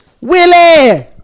Willie